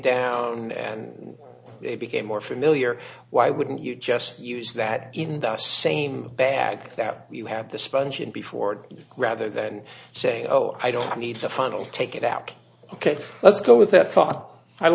down and they became more familiar why wouldn't you just use that in the same bag that you have the sponge in before rather than saying oh i don't need the final take it out ok let's go with that thought i